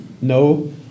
No